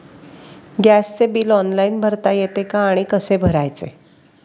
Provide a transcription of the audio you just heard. गॅसचे bill online भरता येते का आणि कसे भरायचे?